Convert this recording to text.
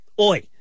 Oi